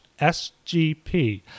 SGP